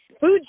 food